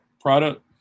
product